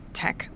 tech